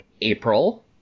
April